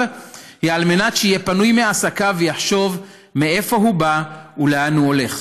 היא שיהיה פנוי מעסקיו ויחשוב מאיפה הוא בא ולאן הוא הולך,